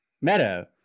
Meadow